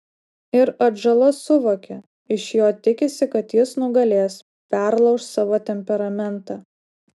ir atžala suvokia iš jo tikisi kad jis nugalės perlauš savo temperamentą